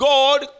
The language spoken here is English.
God